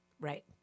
right